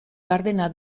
gardena